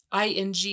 ing